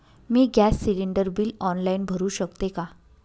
मी gas cylinder bill online भरु शकते का?